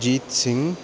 Ajit Singh